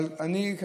אבל אני,